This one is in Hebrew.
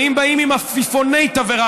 ואם באים עם עפיפוני תבערה,